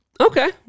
Okay